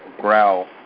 growl